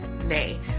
nay